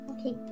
Okay